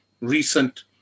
recent